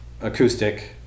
acoustic